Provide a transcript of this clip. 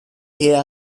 here